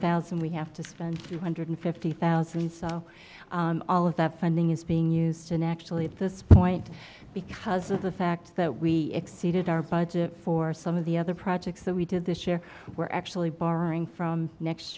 thousand we have to spend two hundred fifty thousand so all of that funding is being used in actually at this point because of the fact that we exceeded our budget for some of the other projects that we did this year we're actually borrowing from next